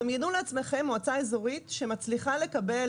דמיינו לעצמכם מועצה אזורית שמצליחה לקבל